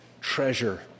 treasure